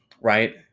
right